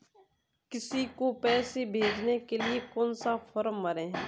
किसी को पैसे भेजने के लिए कौन सा फॉर्म भरें?